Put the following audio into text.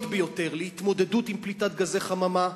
ביותר להתמודדות עם פליטת גזי חממה,